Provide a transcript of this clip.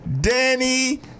Danny